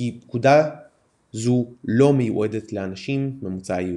"פקודה זו לא מיועדת לאנשים ממוצא יהודי".